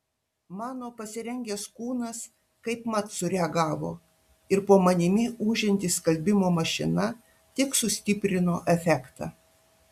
mano pasirengęs kūnas kaip mat sureagavo ir po manimi ūžianti skalbimo mašina tik sustiprino efektą